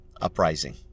uprising